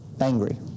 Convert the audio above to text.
angry